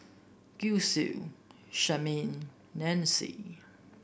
Gisele Charmaine Nancy